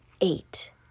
eight